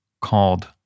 called